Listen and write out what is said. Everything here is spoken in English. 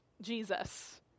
jesus